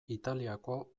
italiako